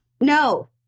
No